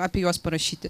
apie juos parašyti